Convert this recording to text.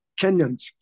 Kenyans